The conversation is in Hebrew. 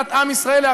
והם היו צריכים חוק?